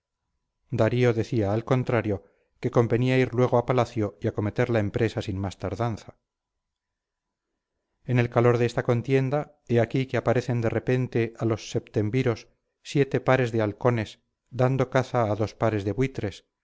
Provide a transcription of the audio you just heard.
darío decía al contrario que convenía ir luego a palacio y acometer la empresa sin más tardanza en el calor de esta contienda he aquí que aparecen de repente a los septemviros siete pares de alcones dando caza a dos pares de buitres